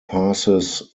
passes